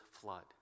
flood